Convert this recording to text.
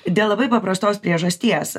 dėl labai paprastos priežasties